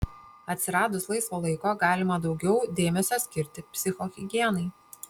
atsiradus laisvo laiko galima daugiau dėmesio skirti psichohigienai